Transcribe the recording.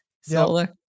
Solar